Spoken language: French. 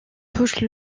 touche